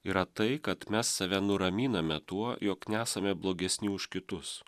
yra tai kad mes save nuraminame tuo jog nesame blogesni už kitus